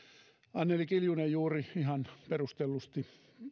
anneli kiljunen juuri ihan perustellusti